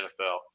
NFL